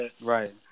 right